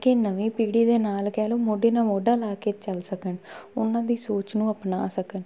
ਕਿ ਨਵੀਂ ਪੀੜ੍ਹੀ ਦੇ ਨਾਲ ਕਹਿ ਲਓ ਮੋਢੇ ਨਾਲ ਮੋਢਾ ਲਾ ਕੇ ਚੱਲ ਸਕਣ ਉਹਨਾਂ ਦੀ ਸੋਚ ਨੂੰ ਅਪਣਾ ਸਕਣ